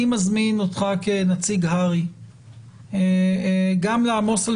אני מזמין אותך כנציג הר"י גם לעמוס על